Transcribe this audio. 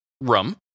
rum